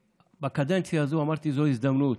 בקדנציה הזו אמרתי: זו הזדמנות,